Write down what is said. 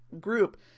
group